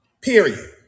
Period